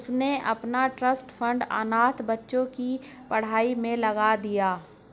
उसने अपना trust fund अनाथ बच्चों की पढ़ाई पर लगा दिया